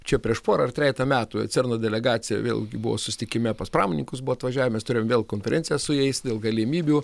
čia prieš porą ar trejetą metų cerno delegacija vėlgi buvo susitikime pas pramoninkus buvo atvažiavę mes turėjom vėl konferenciją su jais dėl galimybių